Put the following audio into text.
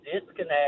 disconnect